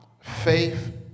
faith